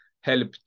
help